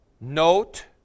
Note